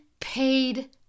Paid